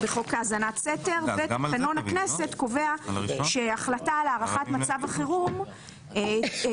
בחוק האזנת סתר ותקנון הכנסת קובע שהחלטה על הארכת מצב החירום תהיה